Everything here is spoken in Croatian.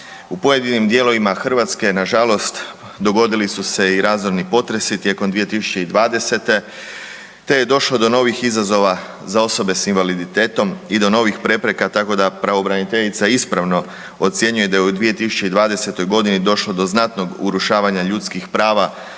U pojedinim dijelovima Hrvatske nažalost dogodili su se i razorni potresi tijekom 2020.-te te je došlo do novih izazova za osobe s invaliditetom tako da pravobraniteljica ispravno ocjenjuje da je u 2020. godini došlo do znatnog urušavanja ljudskih prava